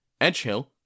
Edgehill